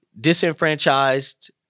disenfranchised